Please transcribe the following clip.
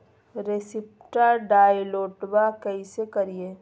रेसिप्टबा डाउनलोडबा कैसे करिए?